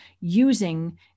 using